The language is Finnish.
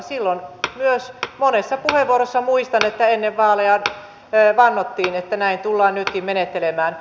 silloin myös monessa puheenvuorossa muistan ennen vaaleja vannotun että näin tullaan nytkin menettelemään